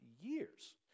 years